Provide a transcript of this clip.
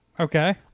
Okay